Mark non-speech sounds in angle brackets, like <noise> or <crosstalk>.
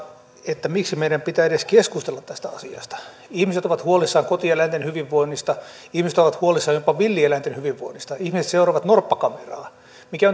sitä miksi meidän pitää edes keskustella tästä asiasta ihmiset ovat huolissaan kotieläinten hyvinvoinnista ihmiset ovat huolissaan jopa villieläinten hyvinvoinnista ihmiset seuraavat norppakameraa mikä <unintelligible>